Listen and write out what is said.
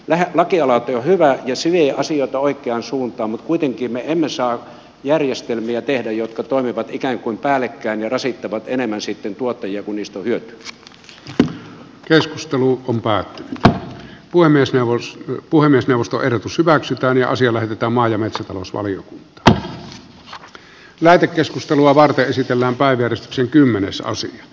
lakialoite on hyvä ja vie asioita oikeaan suuntaan mutta kuitenkaan me emme saa tehdä järjestelmiä jotka toimivat ikään kuin päällekkäin ja rasittavat sitten tuottajia enemmän kuin niistä on päätti puhemiesneuvoston puhemiesneuvosto ehdotus hyväksytään ja asia lähetetään maa ja metsätalousvalion että lähetekeskustelua varten esitellään päivitys ja hyötyä